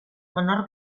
menor